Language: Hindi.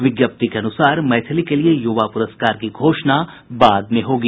विज्ञप्ति के अनुसार मैथिली के लिए युवा पुरस्कार की घोषणा बाद में होगी